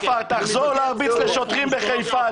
ג'עפר, תחזור להרביץ לשוטרים בחיפה.